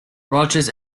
rogers